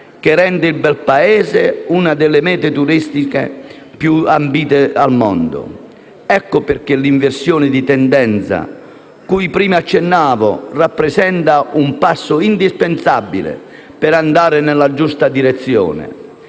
che rende il Belpaese una delle mete turistiche più ambite al mondo. Per questo l'inversione di tendenza cui prima accennavo rappresenta un passo indispensabile per andare nella giusta direzione.